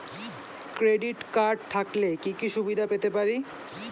Credit card থাকলে কি কি সুবিধা পেতে পারি?